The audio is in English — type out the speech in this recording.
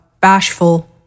Bashful